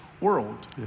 world